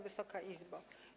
Wysoka Izbo!